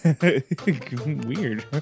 Weird